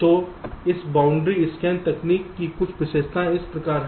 तो इस boundary scan तकनीक की कुछ विशेषताएं इस प्रकार हैं